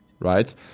right